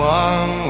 one